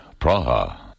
Praha